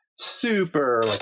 super